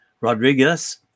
Rodriguez